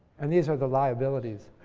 and these are the liabilities.